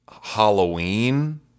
Halloween